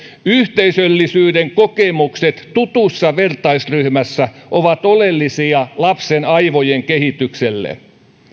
yhteisöllisyyden kokemukset tutussa vertaisryhmässä ovat oleellisia lapsen aivojen kehitykselle